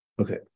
Okay